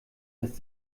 dass